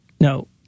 No